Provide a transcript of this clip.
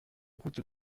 route